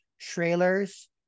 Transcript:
trailers